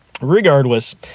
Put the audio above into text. regardless